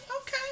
okay